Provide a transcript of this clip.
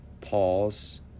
pause